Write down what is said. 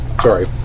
Sorry